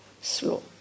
slow